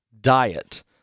diet